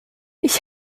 ich